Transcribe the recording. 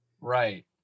Right